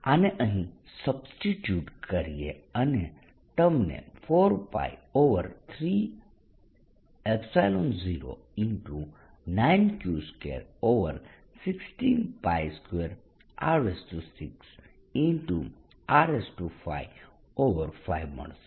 આને અહીં સબસ્ટિટ્યુટ કરીએ અને તમને 4π309Q216 2R6R55મળશે